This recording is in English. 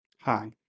Hi